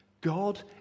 God